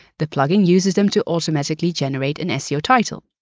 the plugin uses them to automatically generate an seo title.